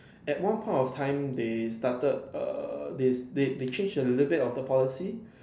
at one point of time they started err this they they change a little bit of the policy